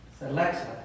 Alexa